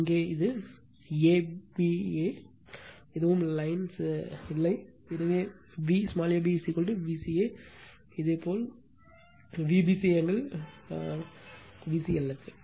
இங்கே இது A B A B எதுவும் லைன்ல் இல்லை எனவே Vab Vca இதேபோல் Vbc ஆங்கிள் VCL க்கு